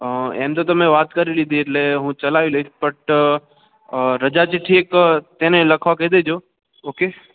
એમ તો તમે વાત કરી લીધી એટલે હું ચલાવી લઇશ બટ રજા ચિઠ્ઠી તેને લખવા કહી દેજો ઓકે